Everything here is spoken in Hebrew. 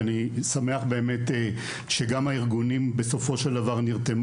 אני שמח שגם הארגונים באמת נרתמו בסופו של דבר.